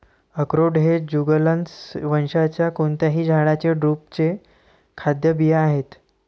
अक्रोड हे जुगलन्स वंशाच्या कोणत्याही झाडाच्या ड्रुपचे खाद्य बिया आहेत